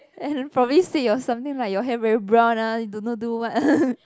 and probably said your something like your hair very brown !huh! don't know do what